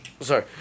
Sorry